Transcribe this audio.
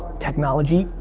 technology,